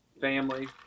family